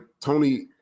Tony